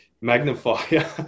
magnifier